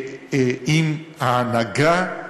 אם ההנהגה,